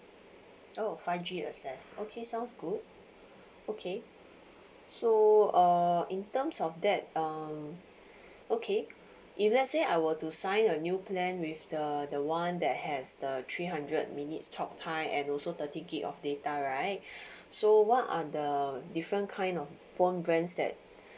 oh five G access okay sounds good okay so uh in terms of that um okay if let say I were to sign a new plan with the the one that has the three hundred minutes talk time and also thirty gig of data right so what are the different kind of phone brands that